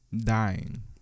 dying